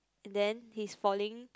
and then he's falling